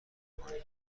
کنید